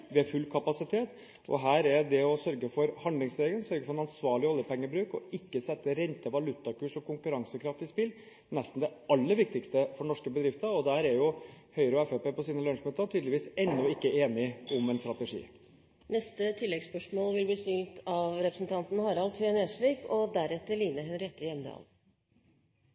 ved full kapasitet. Det å sørge for handlingsregelen – sørge for en ansvarlig oljepengebruk – og ikke sette rente, valutakurs og konkurransekraft i spill er nesten det aller viktigste for norske bedrifter. Her er Høyre og Fremskrittspartiet på sine lunsjmøter tydeligvis ennå ikke enige om en strategi. Harald T. Nesvik – til oppfølgingsspørsmål. Denne gangen håper jeg statsråden svarer på spørsmålet istedenfor å komme med mye utenomsnakk og